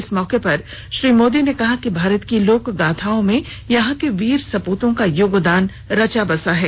इस मौके पर श्री मोदी ने कहा कि भारत की लोकगाथाओं में यहां के वीर सपूतों का योगदान रचा बसा है